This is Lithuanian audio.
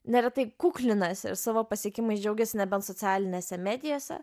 neretai kuklinasi ir savo pasiekimais džiaugiasi nebent socialinėse medijose